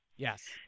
Yes